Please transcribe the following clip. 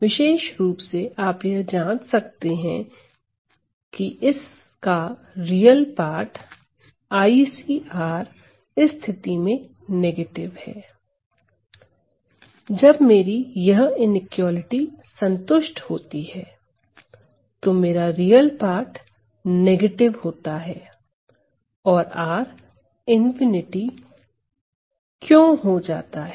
विशेष रुप से आप यह जांच सकते हैं इस का रियल पार्ट IcRइस स्थिति में नेगेटिव है जब मेरी यह इनइक्वालिटी संतुष्ट होती है तो मेरा रियल पार्ट नेगेटिव होता है और R ∞ क्यों जाता है